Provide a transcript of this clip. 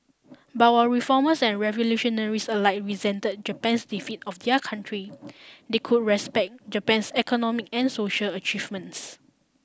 but while reformers and revolutionaries alike resented Japan's defeat of their country they could respect Japan's economic and social achievements